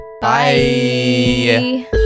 Bye